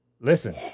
Listen